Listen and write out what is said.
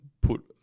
put